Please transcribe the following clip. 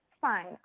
fine